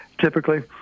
typically